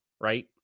right